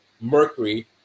mercury